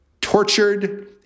tortured